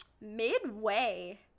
midway